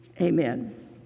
Amen